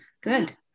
good